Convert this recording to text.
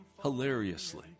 hilariously